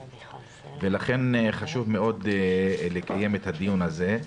לכן חשוב מאוד לקיים את הדיון הזה.